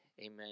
amen